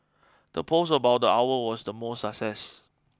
the post about the owl was the most success